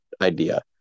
idea